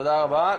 תודה רבה,